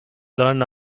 learn